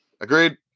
Agreed